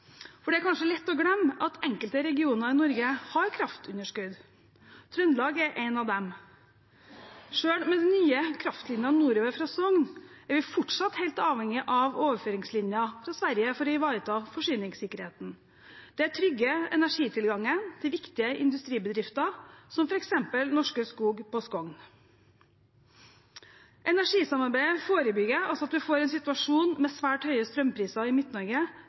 vår. Det er kanskje lett å glemme at enkelte regioner i Norge har kraftunderskudd – Trøndelag er en av dem. Selv med de nye kraftlinjene nordover fra Sogn er vi fortsatt helt avhengig av overføringslinjer fra Sverige for å ivareta forsyningssikkerheten. Det trygger energitilgangen til viktige industribedrifter, som f.eks. Norske Skog på Skogn. Energisamarbeidet forebygger at vi får en situasjon med svært høye strømpriser i